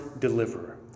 deliverer